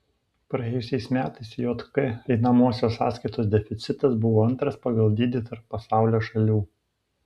praėjusiais metais jk einamosios sąskaitos deficitas buvo antras pagal dydį tarp pasaulio šalių